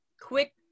quick